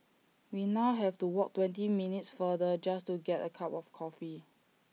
we now have to walk twenty minutes farther just to get A cup of coffee